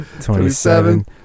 twenty-seven